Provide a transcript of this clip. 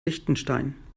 liechtenstein